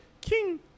King